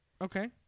Okay